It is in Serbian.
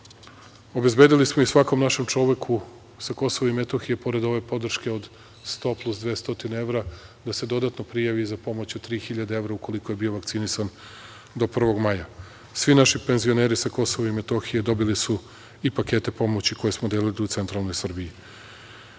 Srbije. Obezbedili smo i svakom našem čoveku sa Kosova i Metohije, pored ove podrške od 100 plus 200 evra, da se dodatno prijavi i za pomoć od 3.000 ukoliko je bio vakcinisan do 1. maja. Svi naši penzioneri sa Kosova i Metohije dobili su i pakete pomoći koje smo delili u centralnoj Srbiji. Ono